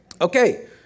Okay